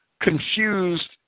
confused